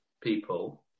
people